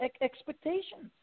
expectations